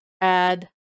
add